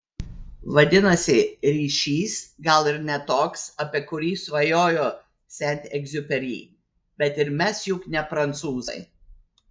vadinasi ryšys gal ir ne toks apie kurį svajojo sent egziuperi bet ir mes juk ne prancūzai